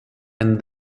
and